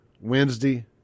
Wednesday